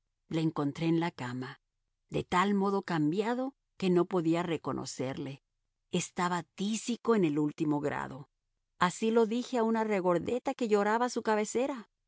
le encontré en la cama de tal modo cambiado que no podía reconocerle estaba tísico en el último grado así lo dije a una regordeta que lloraba a su cabecera